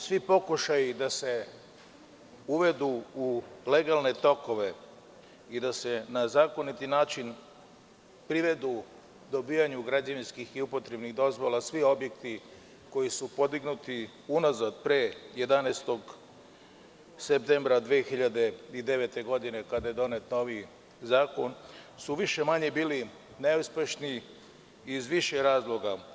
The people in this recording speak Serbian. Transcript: Naravno, svi pokušaji da se uvedu u legalne tokove i da se na zakonit način privedu dobijanju građevinskih i upotrebnih dozvola svi objekti koji su podignuti, pre 11. septembra 2009. godine kada je donet novi zakon, su više-manje bili neuspešni iz više razloga.